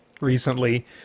recently